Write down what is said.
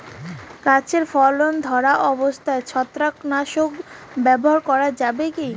গাছে ফল ধরা অবস্থায় ছত্রাকনাশক ব্যবহার করা যাবে কী?